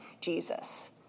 Jesus